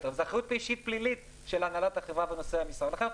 זו אחריות אישית פלילית של הנהלת החברה בנושא ולכן,